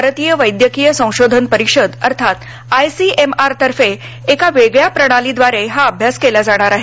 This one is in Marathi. भारतीय वैद्यकीय संशोधन परिषद अर्थात आय सी एम आर तर्फे एका वेगळ्या प्रणालीद्वारे हा अभ्यास केला जाणार आहे